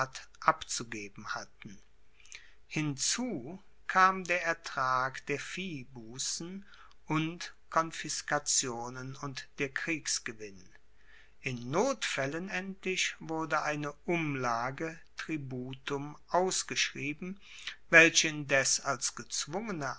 abzugeben hatten hierzu kam der ertrag der viehbussen und konfiskationen und der kriegsgewinn in notfaellen endlich wurde eine umlage tributum ausgeschrieben welche indes als gezwungene